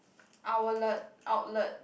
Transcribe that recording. owlet outlet